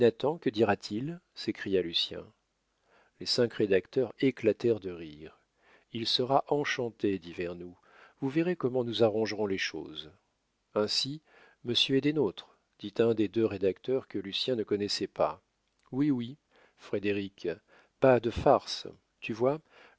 que dira-t-il s'écria lucien les cinq rédacteurs éclatèrent de rire il sera enchanté dit vernou vous verrez comment nous arrangerons les choses ainsi monsieur est des nôtres dit un des deux rédacteurs que lucien ne connaissait pas oui oui frédéric pas de farces tu vois